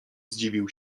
zdziwił